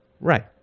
right